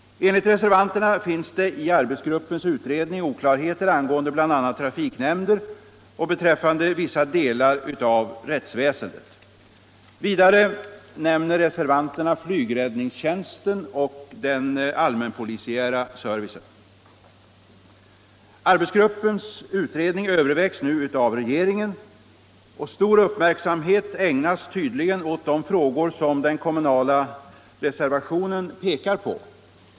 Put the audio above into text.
Enligt reservanterna finns det i arbetsgruppens utredning oklarheter angående bl.a. trafiknämnder och beträffande vissa delar av rättsväsendet. Vidare nämner reservanterna flygräddningstjänsten och den allmänpolisiära servicen. Arbetsgruppens utredning övervägs nu av regeringen, och stor uppmärksamhet ägnas tydligen åt de frågor som den kommunala reservationen berört.